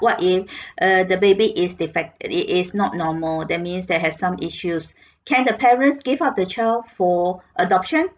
what if uh the baby is defect it it is not normal that means they have some issues can the parents give up the child for adoption